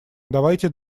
давайте